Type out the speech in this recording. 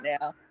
now